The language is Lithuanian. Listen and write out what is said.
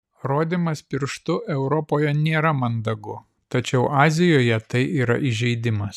rodymas pirštu europoje nėra mandagu tačiau azijoje tai yra įžeidimas